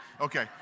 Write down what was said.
Okay